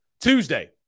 Tuesday